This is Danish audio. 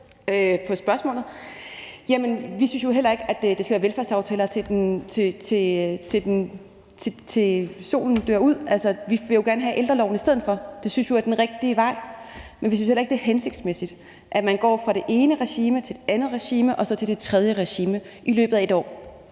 Vi synes jo heller ikke, at det skal være velfærdsaftaler, indtil solen brænder ud. Vi vil jo gerne have ældreloven i stedet for. Det synes vi er den rigtige vej. Men vi synes heller ikke, det er hensigtsmæssigt, at man går fra det ene regime til et andet regime og så til et tredje regime i løbet af et år.